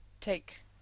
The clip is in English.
take